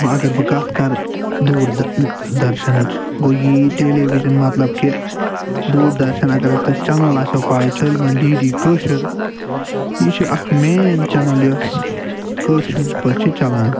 وۄنۍ اگر بہٕ کتھ کرٕ دوٗر درشنٕچ گوو یہِ یِیہِ ٹیلیوِجن مطلب کہِ دوٗردرشن اگر أسۍ تۄہہِ چنل آسٮ۪و پاے سٲلِمن ڈی ڈی کٲشرِ چھِ اکھ مین چنل یۄس کٲشرۍ پٲٹھۍ چھِ چلان